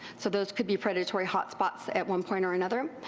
so those could be predatory hot spots at one point or another.